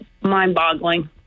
mind-boggling